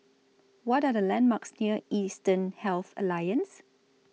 What Are The landmarks near Eastern Health Alliance